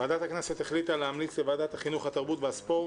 ועדת הכנסת החליטה להמליץ לוועדת החינוך התרבות והספורט